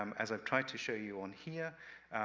um as i've tried to show you on here.